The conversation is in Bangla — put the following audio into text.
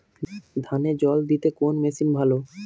ধানে জল দিতে কোন মেশিন ভালো?